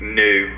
new